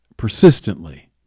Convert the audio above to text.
persistently